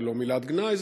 זו לא מילת גנאי,